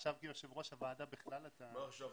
עכשיו, כיושב-ראש הוועדה אתה בכלל -- מה עכשיו?